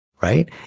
Right